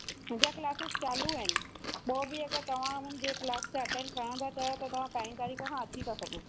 मुंहिंजा कलासिस चालू आहिनि पोइ बि अगरि तव्हां मुंहिंजे कलास खे अटेंड करणु चाहियो त तव्हां पहिरीं तारीख़ खां अची था सघो